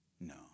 No